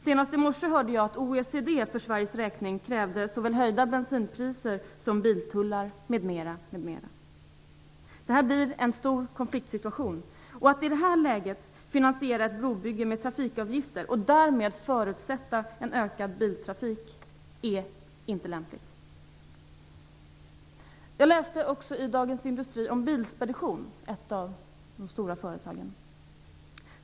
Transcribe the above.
Senast i morse hörde jag att OECD för Sveriges räkning krävde såväl höjda bensinpriser som biltullar, m.m. Detta blir en stor konfliktsituation, och att i det här läget finansiera ett brobygge med trafikavgifter, och därmed förutsätta en ökad biltrafik, är inte lämpligt. Jag läste också i Dagens Industri om Bilspedition - ett av de stora företagen.